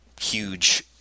huge